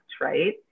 right